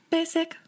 Basic